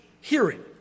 hearing